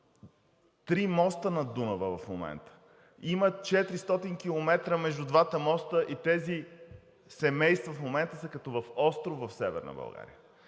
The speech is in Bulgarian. три моста над Дунава в момента. Има 400 км между двата моста и тези семейства в момента са като в остров в Северна България.